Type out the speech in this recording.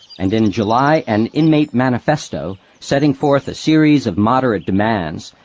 and in july an inmate manifesto setting forth a series of moderate demands,